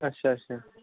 ਅੱਛਾ ਅੱਛਾ